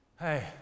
Hey